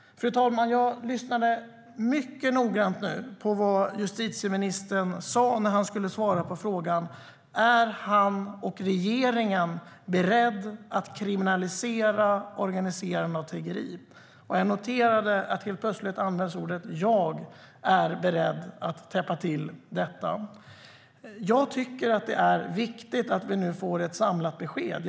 Fru talman! Jag lyssnade mycket noggrant på vad justitieministern sa när han skulle svara på frågan om han och regeringen är beredda att kriminalisera organiserande av tiggeri, och jag noterade att han helt plötsligt sa: Jag är beredd att täppa till detta. Jag tycker att det är viktigt att vi nu får ett samlat besked.